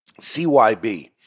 CYB